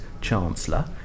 chancellor